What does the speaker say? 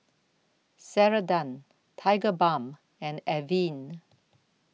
Ceradan Tigerbalm and Avene